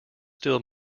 still